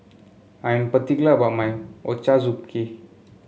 I am particular about my Ochazuke